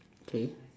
K